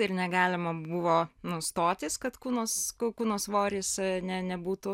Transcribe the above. ir negalima buvo nu stotis kad kūnas kūno svoris ne nebūtų